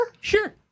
Sure